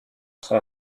son